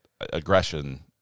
aggression